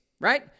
Right